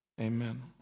amen